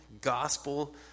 gospel